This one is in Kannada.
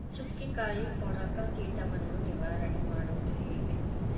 ಚುಕ್ಕಿಕಾಯಿ ಕೊರಕ ಕೀಟವನ್ನು ನಿವಾರಣೆ ಮಾಡುವುದು ಹೇಗೆ?